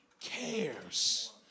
cares